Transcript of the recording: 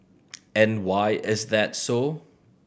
and why is that so